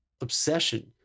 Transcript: obsession